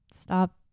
stop